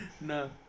No